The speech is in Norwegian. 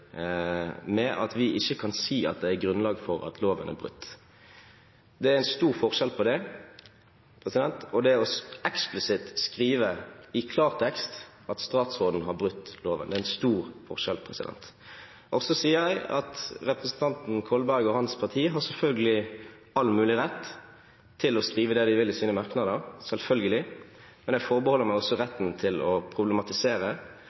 ikke kan si at det er grunnlag for at loven er brutt. Det er stor forskjell på det og det eksplisitt – i klartekst – å skrive at statsråden har brutt loven. Det er stor forskjell. Så sier jeg at representanten Kolberg og hans parti selvfølgelig har all mulig rett til å skrive det de vil i sine merknader – selvfølgelig – men jeg forbeholder meg også retten til å problematisere